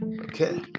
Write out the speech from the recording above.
okay